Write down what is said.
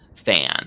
fans